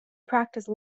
practice